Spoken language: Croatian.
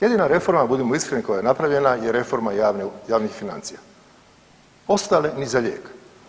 Jedina reforma budimo iskreni koja je napravljena je reforma javnih financija, ostale ni za lijek.